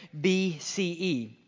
BCE